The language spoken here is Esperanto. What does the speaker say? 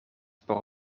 por